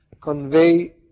convey